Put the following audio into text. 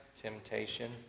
temptation